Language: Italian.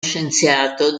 scienziato